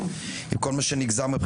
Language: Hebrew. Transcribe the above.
עם כל מה שנגזר מזה,